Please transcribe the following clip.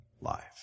life